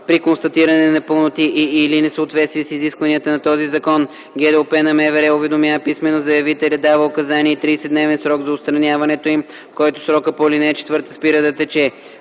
При констатиране на непълноти и/или несъответствия с изискванията на този закон ГДОП на МВР уведомява писмено заявителя и дава указания и 30-дневен срок за отстраняването им, в който срокът по ал. 4 спира да тече.